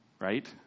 Right